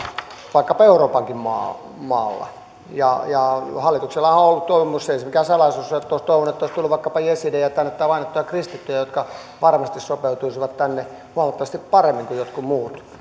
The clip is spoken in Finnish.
vaikkapa euroopankin maalla ja hallituksellahan on on ollut toivomus ei se mikään salaisuus ole että olisi tullut vaikkapa jesidejä tänne tai vainottuja kristittyjä jotka varmasti sopeutuisivat tänne huomattavasti paremmin kuin jotkut muut